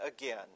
again